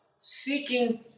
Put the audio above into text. seeking